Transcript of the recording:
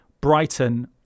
Brighton